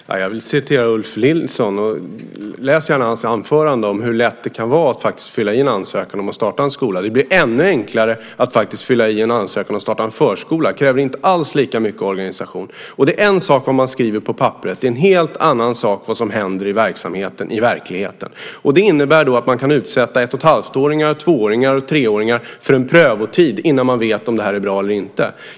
Fru talman! Jag vill hänvisa till det som Ulf Nilsson sade. Läs gärna hans anförande om hur enkelt det kan vara att fylla i en ansökan och starta en skola. Det blir ännu enklare att fylla i en ansökan och starta en förskola. Det kräver inte lika mycket organisering. En sak är väl vad man skriver på papperet. Sedan är det en helt annan sak vad som verkligen händer i verksamheten. Detta innebär att man kan utsätta ett och ett halvt-, två och treåringar för en prövotid innan man vet om det är bra eller inte.